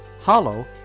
Hollow